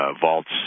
vaults